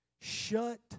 shut